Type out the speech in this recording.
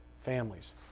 families